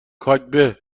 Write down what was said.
کاگب